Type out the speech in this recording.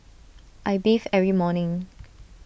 I bathe every morning